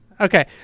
Okay